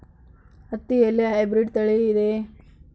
ಹತ್ತಿಯಲ್ಲಿ ಹೈಬ್ರಿಡ್ ತಳಿ ಇದೆಯೇ?